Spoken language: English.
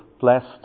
blessed